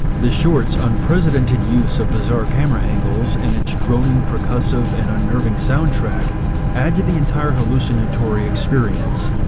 the short's unprecedented use of bizarre camera angles and its droning, percussive and unnerving soundtrack add to the entire hallucinatory experience.